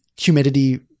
humidity